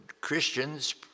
Christians